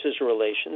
relations